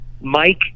Mike